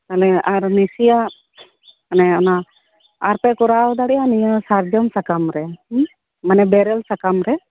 ᱛᱟᱦᱞᱮ ᱟᱨ ᱵᱤᱥᱤᱭᱟᱜ ᱢᱟᱱᱮ ᱚᱱᱟ ᱟᱨ ᱯᱮ ᱠᱚᱨᱟᱣ ᱫᱟᱲᱮᱭᱟᱜ ᱱᱤᱭᱟᱹ ᱥᱟᱨᱡᱚᱢ ᱥᱟᱠᱟᱢ ᱨᱮ ᱦᱮᱸ ᱢᱟᱱᱮ ᱵᱮᱨᱮᱞ ᱥᱟᱠᱟᱢ ᱨᱮ